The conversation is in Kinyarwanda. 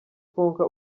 konka